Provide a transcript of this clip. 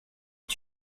que